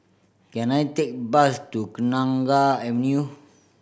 can I take bus to Kenanga Avenue